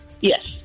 Yes